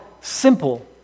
simple